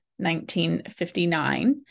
1959